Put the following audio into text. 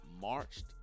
Marched